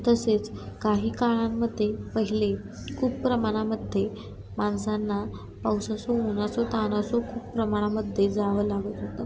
तसेच काही काळांमध्ये पहिले खूप प्रमाणामध्ये माणसांना पाऊस असो ऊन असो तान असो खूप प्रमाणामध्ये जावं लागत होतं